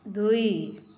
ଦୁଇ